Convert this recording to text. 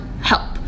help